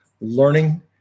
learning